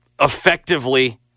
effectively